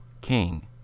King